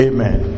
Amen